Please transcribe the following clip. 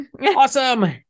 Awesome